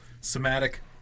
somatic